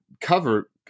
cover